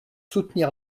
soutenir